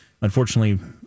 unfortunately